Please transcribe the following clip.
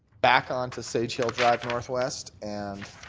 back on to sage hill drive northwest and